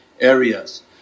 areas